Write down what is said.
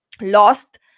lost